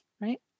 right